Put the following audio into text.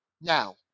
Now